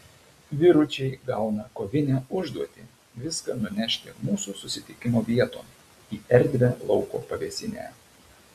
vyručiai gauna kovinę užduotį viską nunešti mūsų susitikimo vieton į erdvią lauko pavėsinę